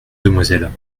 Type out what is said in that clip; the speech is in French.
demoiselle